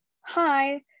hi